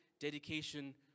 dedication